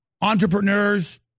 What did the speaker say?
entrepreneurs